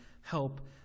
help